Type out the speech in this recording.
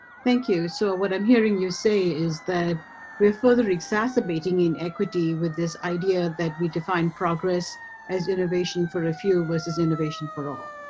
thank you so what i'm hearing you say is that we're further exacerbating inequity with this idea that we define progress as innovation for a few versus innovation for all?